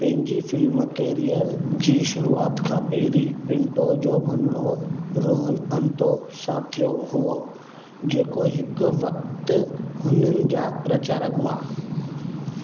पंहिंजी film career जी शुरूआत खां पहिरीं पिंटो जो मङणो रोहन अंतो सां थियो हुओ जेको हिकु वक़्ति हुननि जा प्रचारक हुआ